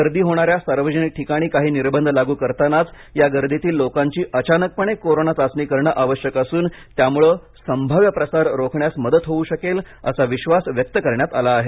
गर्दी होणाऱ्या सार्वजनिक ठिकाणी काही निर्बंध लागू करतानाच या गर्दीतील लोकांची अचानकपणे कोरोना चाचणी करणे आवश्यक असून त्यामुळं संभाव्य प्रसार रोखण्यास मदत होऊ शकेल असा विश्वास व्यक्त करण्यात आला आहे